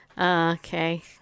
Okay